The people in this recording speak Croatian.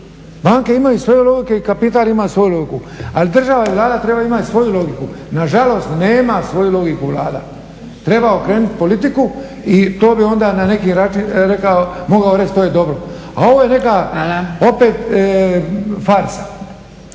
banke imaju svoju logiku i kapital ima svoju logiku ali država i Vlada treba imat svoju logiku. Nažalost nema svoju logiku Vlada. Treba okrenut politiku i to bi onda na neki način mogao reći to je dobro. A ovo je neka opet farsa.